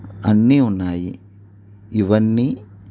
అన్నీ ఉన్నాయి ఇవన్నీ